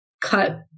cut